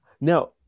Now